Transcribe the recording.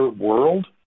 world